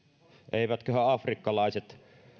eivätköhän afrikkalaiset